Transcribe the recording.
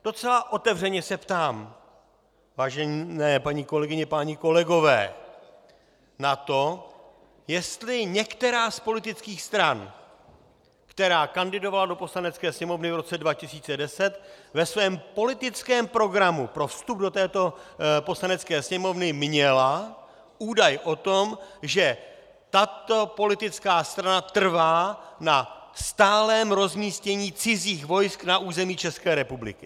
Docela otevřeně se ptám, vážené paní kolegyně, páni kolegové, na to, jestli některá z politických stran, která kandidovala do Poslanecké sněmovny v roce 2010, ve svém politickém programu pro vstup do této Poslanecké sněmovny měla údaj o tom, že tato politická strana trvá na stálém rozmístění cizích vojsk na území České republiky.